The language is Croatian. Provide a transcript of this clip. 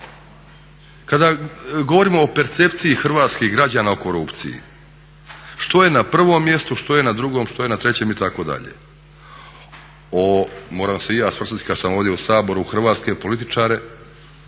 Kada govorimo o percepciji hrvatskih građana o korupciji, što je na provom mjestu, što je na drugom, što je na trećem itd. Moram se i ja svrsta kad sam ovdje u Saboru hrvatske političar,